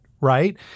right